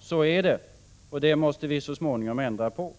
Så är det, och det måste vi så småningom ändra på.